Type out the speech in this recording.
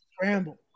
Scramble